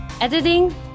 Editing